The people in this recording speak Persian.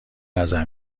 نظر